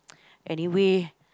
anyway